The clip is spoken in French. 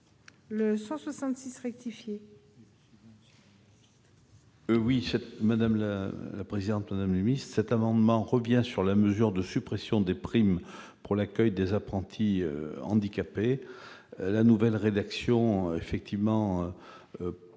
n° 166 rectifié,